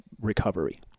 recovery